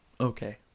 okay